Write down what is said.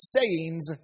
sayings